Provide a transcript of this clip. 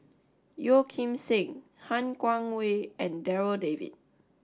Yeo Kim Seng Han Guangwei and Darryl David